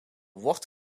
wordt